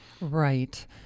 Right